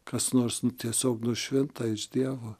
kas nors tiesiog nušvinta iš dievo